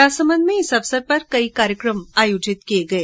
राजसमंद में इस अवसर पर कई कार्यक्रम आयोजित किए गए